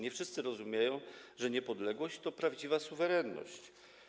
Nie wszyscy rozumieją, że niepodległość to prawdziwa suwerenność.